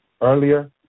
earlier